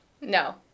No